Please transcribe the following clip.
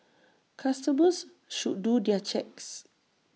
customers should do their checks